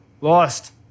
lost